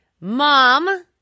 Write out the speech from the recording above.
mom